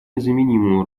незаменимую